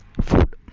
food